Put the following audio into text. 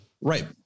right